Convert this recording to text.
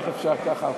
איך אפשר ככה?